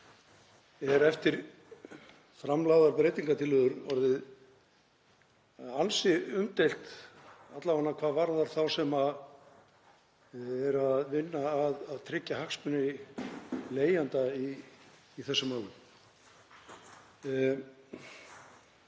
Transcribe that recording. er eftir framlagðar breytingartillögur orðið ansi umdeilt, alla vega hvað varðar þá sem eru að vinna að því að tryggja hagsmuni leigjenda í þessum málum.